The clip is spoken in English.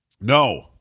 No